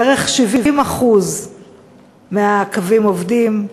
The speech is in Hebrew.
עולה שבערך 70% מהקווים עובדים,